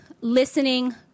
listening